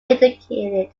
indicated